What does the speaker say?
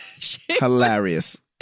Hilarious